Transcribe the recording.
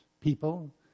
people